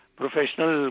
professional